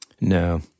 No